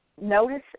notice